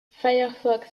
firefox